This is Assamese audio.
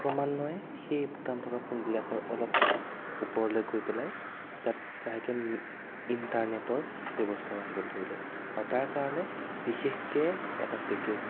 ক্ৰমান্বয়ে সেই বুটাম থকা ফ'নবিলাকৰ অলপ ওপৰলৈ গৈ পেলাই তাত লাহেকে ইন্টাৰনেটৰ ব্যৱস্থাও আহিবলে ধৰিলে আৰু তাৰ কাৰণে বিশেষকে এটা পেকেজ